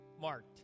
marked